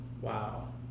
wow